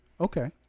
Okay